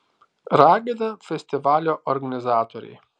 ragina festivalio organizatoriai